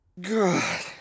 God